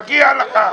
מגיע לך.